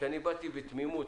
כשאני באתי בתמימות,